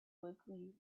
quickly